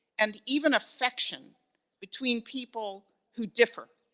and even affection between people who differ